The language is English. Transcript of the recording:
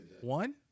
One